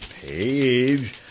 page